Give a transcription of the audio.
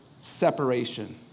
separation